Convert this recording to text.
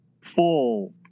full